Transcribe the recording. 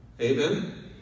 Amen